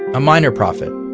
a minor prophet,